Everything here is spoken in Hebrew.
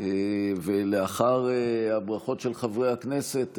לאחר הברכות של חברי הכנסת,